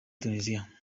tunisia